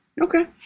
Okay